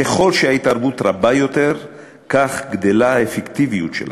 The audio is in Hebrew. ככל שההתערבות רבה יותר כך גדלה האפקטיביות שלה.